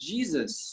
Jesus